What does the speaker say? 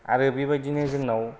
आरो बेबायदिनो जोंनाव